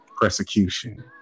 persecution